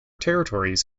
territories